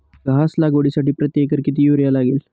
घास लागवडीसाठी प्रति एकर किती युरिया लागेल?